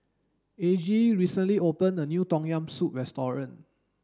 Aggie recently opened a new tom yam soup restaurant